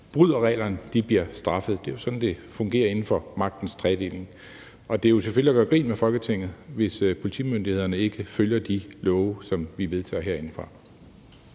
bryder reglerne, bliver straffet. Det er sådan, det fungerer inden for magtens tredeling. Det er selvfølgelig at gøre grin med Folketinget, hvis politimyndighederne ikke følger de love, som vi vedtager herindefra.